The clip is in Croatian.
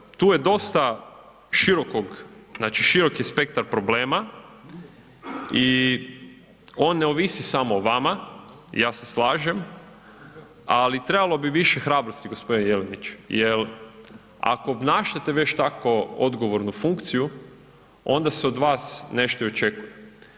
Prema tome, tu je dostav širokog, znači širok je spektar problema i on ne ovisi samo o vama, ja se slažem, ali trebalo bi više hrabrosti gospodine Jelenić jer ako obnašate već tako odgovornu funkciju onda se od vas nešto i očekuje.